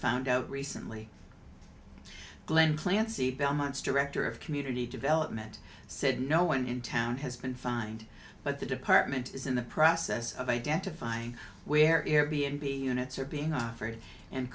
found out recently glen clancy belmont's director of community development said no one in town has been fined but the department is in the process of identifying where air b n b units are being offered and